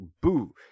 boo